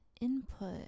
input